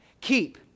Keep